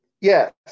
Yes